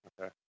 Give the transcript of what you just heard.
Okay